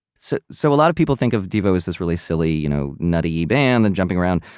so so, a lot of people think of devo as this really silly, you know, nutty band and jumping around,